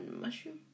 mushroom